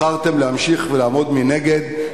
בחרתם להמשיך ולעמוד מנגד,